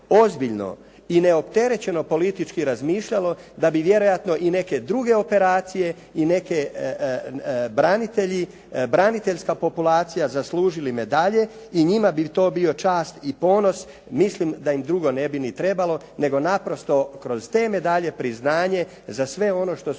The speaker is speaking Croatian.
ozbiljno i neopterećeno politički razmišljalo, da bi vjerojatno i neke druge operacije i neka braniteljska populacija zaslužili medalje i njima bi to bio čast i ponos, mislim da im drugo ne bi ni trebalo, nego naprosto kroz te medalje priznanje za sve ono što su